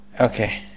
okay